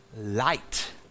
light